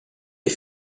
est